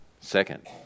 Second